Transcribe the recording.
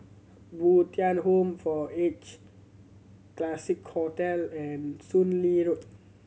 Bo Tien Home for Aged Classique Hotel and Soon Lee Road